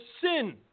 sin